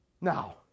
Now